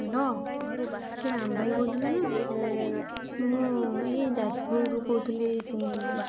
hello କିଏ ରାମ ଭାଇ କହୁଥିଲେ ନା ମୁଁ ଏଇ ଯାଜପୁରରୁ କହୁଥିଲି